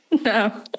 No